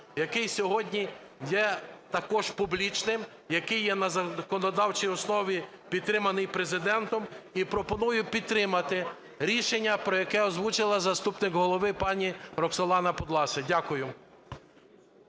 який сьогодні є також публічним, який є на законодавчій основі підтриманий Президентом. І пропоную підтримати рішення, про яке озвучила заступник голови пані Роксолана Підласа. Дякую.